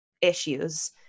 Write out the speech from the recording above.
issues